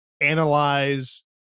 analyze